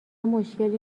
مشکلی